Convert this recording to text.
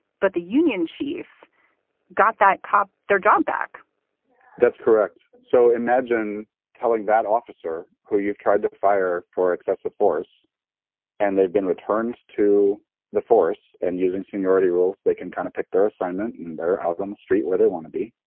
but the union chief got that cop their job back that's correct. so imagine telling that officer who you've tried to fire for excessive force and they've been returned to the force and using seniority rules that can kind of take their assignment. and they're out on the street where they want to be.